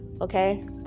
Okay